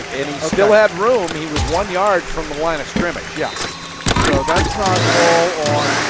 and he still had room. he was one yard from the line of scrimmage. yeah so that's not all on,